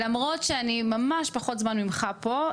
למרות שאני ממש פחות זמן ממך פה,